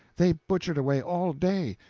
they butchered away all day.